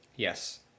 yes